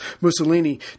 Mussolini